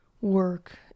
work